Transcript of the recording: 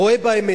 רואה בהן,